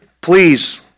Please